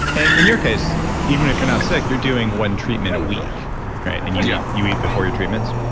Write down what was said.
and in your case, even if you're not sick, you're doing one treatment a week, right? yeah and you yeah you eat before your treatments?